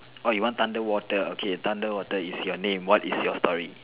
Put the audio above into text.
orh you want thunder water okay thunder water is your name what is your story